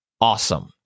awesome